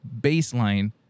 baseline